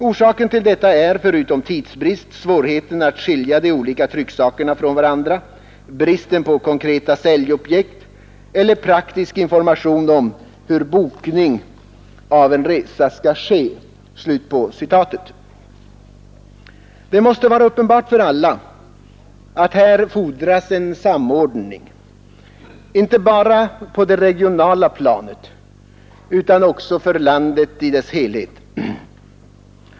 Orsaken till detta är förutom tidsbrist svårigheten att skilja de olika trycksakerna från varandra, bristen på konkreta säljobjekt eller praktisk information om hur bokning av en resa skall ske.” Det måste vara uppenbart för alla att här fordras en samordning, inte bara på det regionala planet utan också för landet i dess helhet.